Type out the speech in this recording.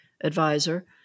advisor